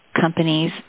companies